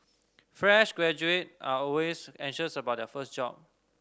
fresh graduate are always anxious about their first job